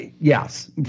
Yes